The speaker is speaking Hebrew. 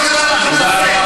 תודה רבה,